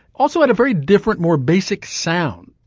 also at a very different more basic sound.